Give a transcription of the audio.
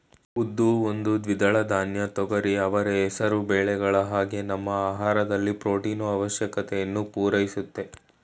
ಉದ್ದು ಒಂದು ದ್ವಿದಳ ಧಾನ್ಯ ತೊಗರಿ ಅವರೆ ಹೆಸರು ಬೇಳೆಗಳ ಹಾಗೆ ನಮ್ಮ ಆಹಾರದಲ್ಲಿ ಪ್ರೊಟೀನು ಆವಶ್ಯಕತೆಯನ್ನು ಪೂರೈಸುತ್ತೆ